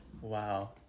Wow